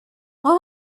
what